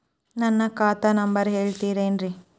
ನನ್ನ ಖಾತಾ ನಂಬರ್ ಹೇಳ್ತಿರೇನ್ರಿ?